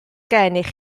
gennych